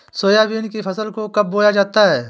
Soybean की फसल को कब बोया जाता है?